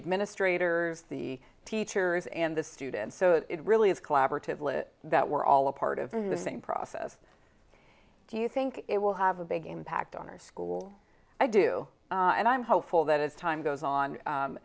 administrators the teachers and the students so it really is collaboratively that we're all a part of the same process do you think it will have a big impact on our school i do and i'm hopeful that as time goes on